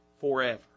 forever